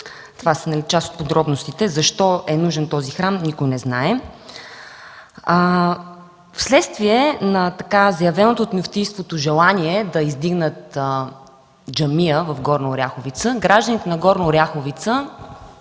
Това са част от подробностите. Защо е нужен този храм – никой не знае. Вследствие на заявеното от Мюфтийството желание да издигнат джамия в Горна Оряховица гражданите на Горна Оряховица